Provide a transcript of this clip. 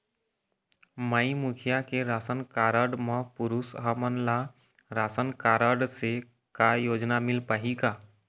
माई मुखिया के ration card म पुरुष हमन ला रासनकारड से का योजना मिल पाही का?